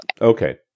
Okay